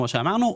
כמו שאמרנו,